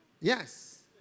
Yes